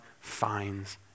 finds